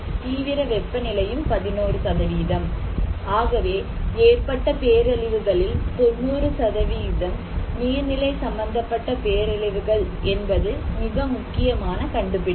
தீவிர வெப்பநிலையும் 11 ஆகவே ஏற்பட்ட பேரழிவுகளில் 90 நீர்நிலை சம்பந்தப்பட்ட பேரழிவுகள் என்பது மிக முக்கியமான கண்டுபிடிப்பு